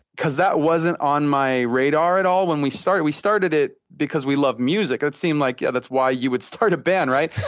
because that wasn't on my radar at all when we started. we started it because we love music. that's seems like, yeah, that's why you would start a band, right?